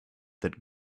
that